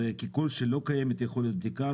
ככל שלא קיימת יכולת בדיקה,